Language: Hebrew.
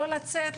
לא לצאת,